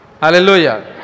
Hallelujah